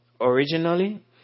originally